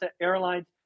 Airlines